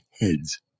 heads